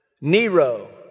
Nero